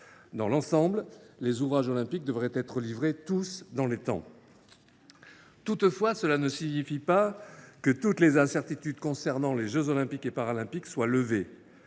dans l’ensemble, les ouvrages olympiques devraient être livrés dans les temps. Toutefois, cela ne signifie pas que toutes les incertitudes concernant les JOP soient levées.